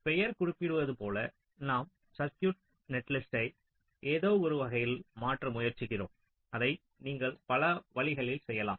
பெயர் குறிப்பிடுவது போல நாம் சர்க்யூட் நெட்லிஸ்ட்டை ஏதோவொரு வகையில் மாற்ற முயற்சிக்கிறோம் அதை நீங்கள் பல வழிகளிள் செய்யலாம்